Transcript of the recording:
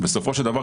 בסופו של דבר,